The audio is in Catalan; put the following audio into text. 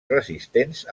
resistents